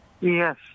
Yes